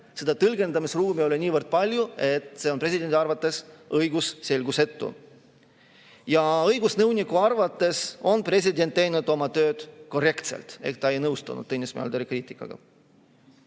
oli tõlgendamisruumi niivõrd palju, et see [säte] on presidendi arvates õigusselgusetu. Õigusnõuniku arvates on president teinud oma tööd korrektselt, ehk ta ei nõustunud Tõnis Möldri kriitikaga.